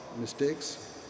mistakes